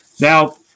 Now